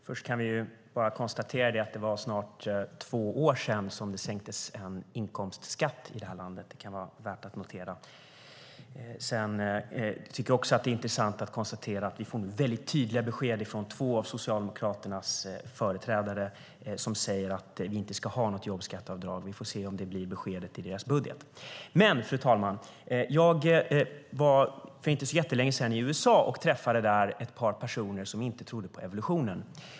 Fru talman! Jag kan först konstatera att det var nästan två år sedan en inkomstskatt sänktes i detta land. Det kan vara värt att notera. Det är också intressant att konstatera att vi nu får mycket tydliga besked från två av Socialdemokraternas företrädare som säger att vi inte ska ha något jobbskatteavdrag. Vi får se om det blir beskedet i deras budget. Fru talman! Jag var för inte så länge sedan i USA och träffade där ett par personer som inte trodde på evolutionen.